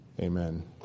Amen